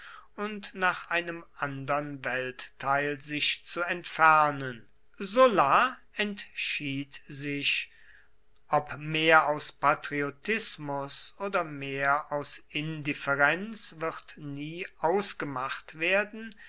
und nach einem andern weltteil sich zu entfernen sulla entschied sich ob mehr aus patriotismus oder mehr aus indifferenz wird nie ausgemacht werden